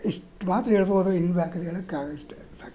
ಇಷ್ಟು ಮಾತ್ರ ಹೇಳ್ಬೋದು ಇನ್ನು ನನ್ನ ಕೈಯ್ಯಲ್ಲಿ ಹೇಳೋಕ್ಕಾಗಲ್ಲ ಇಷ್ಟೇ ಸಾಕಾಯ್ತು ನನಗೆ